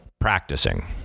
Practicing